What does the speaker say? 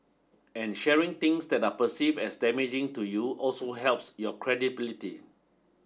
and sharing things that are perceived as damaging to you also helps your credibility